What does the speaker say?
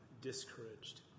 discouraged